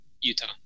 Utah